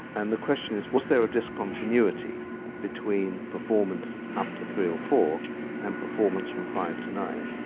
and the question is was there a discontinuity between performance up to three or four and performance from five to nine.